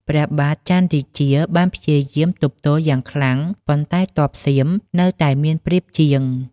ព្រះបាទច័ន្ទរាជាបានព្យាយាមទប់ទល់យ៉ាងខ្លាំង ប៉ុន្តែទ័ពសៀមនៅតែមានប្រៀបជាង។